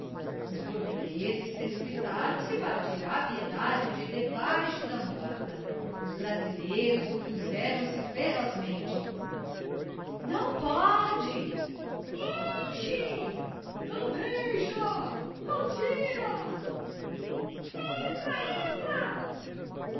os portugueses precipitaram-se para tirar piedade de debaixo da mulata os brasileiros opuseram se ferozmente não pode enche não deixa não tira entra entra e